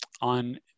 on